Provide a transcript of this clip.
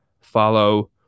follow